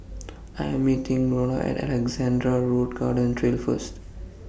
I Am meeting Rhona At Alexandra Road Garden Trail First